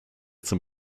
zum